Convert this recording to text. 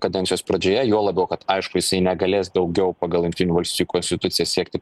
kadencijos pradžioje juo labiau kad aišku jisai negalės daugiau pagal jungtinių valstijų konstituciją siekti